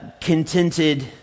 contented